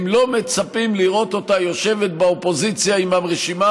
הם לא מצפים לראות אותה יושבת באופוזיציה עם הרשימה